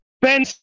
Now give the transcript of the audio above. Ben